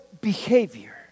behavior